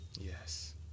Yes